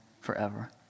forever